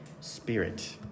Spirit